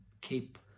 keep